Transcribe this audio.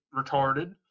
retarded